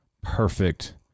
perfect